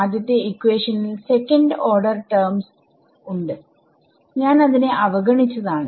ആദ്യത്തെ ഇക്വേഷനിൽ second order terms ഉണ്ട് ഞാനതിനെ അവഗണിച്ചതാണ്